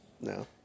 No